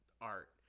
art